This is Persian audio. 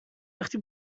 وقتی